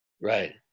right